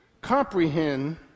Comprehend